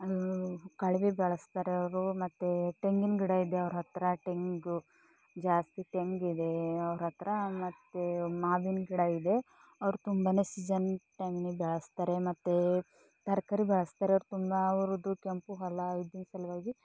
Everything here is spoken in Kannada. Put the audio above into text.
ಕಳವಿ ಬೆಳೆಸ್ತಾರೆ ಅವರು ಮತ್ತು ತೆಂಗಿನ ಗಿಡ ಇದೆ ಅವ್ರ ಹತ್ತಿರ ತೆಂಗು ಜಾಸ್ತಿ ತೆಂಗಿದೆ ಅವ್ರ ಹತ್ತಿರ ಮತ್ತು ಮಾವಿನ ಗಿಡ ಇದೆ ಅವರು ತುಂಬನೇ ಸೀಝನ್ ಟೈಮ್ನಿಗೆ ಬೆಳೆಸ್ತಾರೆ ಮತ್ತು ತರಕಾರಿ ಬೆಳೆಸ್ತಾರೆ ತುಂಬ ಅವ್ರದ್ದು ಕೆಂಪು ಹೊಲ ಇದರ ಸಲುವಾಗಿ